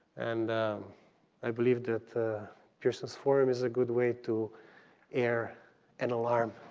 and i believe that pearson's forum is a good way to air an alarm